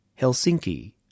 Helsinki